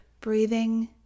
breathing